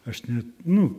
aš net nu